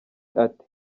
ati